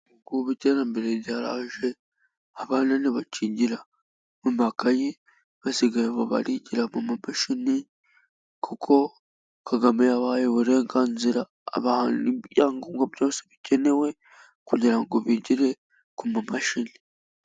Ubu iterambere ryaraje, abana ntibacyigira mu makayi, basigaye barigira mu mamashini, kuko Kagame yabahaye uburenganzira, abaha n'ibyangombwa byose bikenewe, kugira ngo bigire ku mamashini.